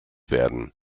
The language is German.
werden